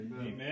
Amen